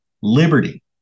liberty